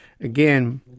again